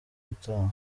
utaha